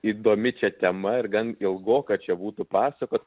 įdomi čia tema ir gan ilgoka čia būtų pasakot